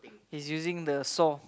he's using the saw